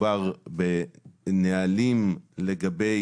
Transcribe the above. למוסד כדי לבדוק